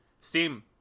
Steam